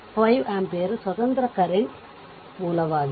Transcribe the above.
5 ampere ಸ್ವತಂತ್ರ current ಮೂಲವಾಗಿದೆ